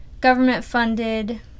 government-funded